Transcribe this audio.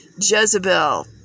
Jezebel